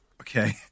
Okay